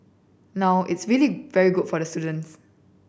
now it's really very good for the students